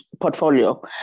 portfolio